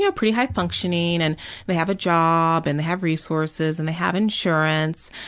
ah pretty high functioning and they have a job and they have resources and they have insurance,